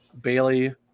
Bailey